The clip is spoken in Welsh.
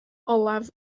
olaf